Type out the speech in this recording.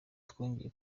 twongeye